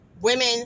women